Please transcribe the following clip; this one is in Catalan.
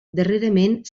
darrerament